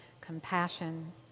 compassion